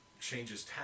changes